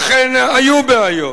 אכן היו בעיות,